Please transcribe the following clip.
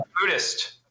Buddhist